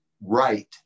right